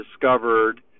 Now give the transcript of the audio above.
discovered